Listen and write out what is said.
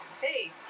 Hey